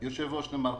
יושב-ראש נמל חיפה.